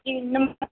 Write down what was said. जी नम